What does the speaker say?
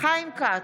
חיים כץ,